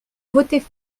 voter